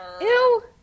Ew